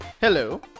Hello